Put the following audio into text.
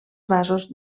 vasos